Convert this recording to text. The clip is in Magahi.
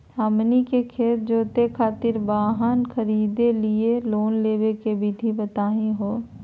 हमनी के खेत जोते खातीर वाहन खरीदे लिये लोन लेवे के विधि बताही हो?